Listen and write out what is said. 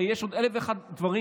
הרי יש עוד אלף ואחד דברים,